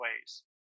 ways